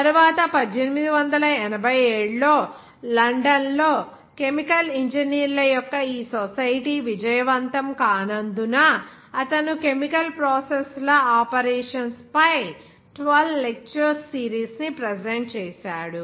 తరువాత 1887 లో లండన్లో కెమికల్ ఇంజనీర్ల యొక్క ఈ సొసైటీ విజయవంతం కానందున అతను కెమికల్ ప్రాసెస్ ల ఆపరేషన్స్ పై 12 లెక్చర్స్ సిరీస్ ని ప్రెజెంట్ చేసాడు